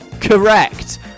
Correct